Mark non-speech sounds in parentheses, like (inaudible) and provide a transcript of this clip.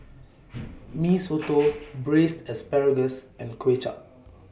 (noise) Mee Soto Braised Asparagus and Kway Chap